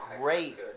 great